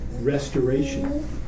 restoration